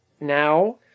now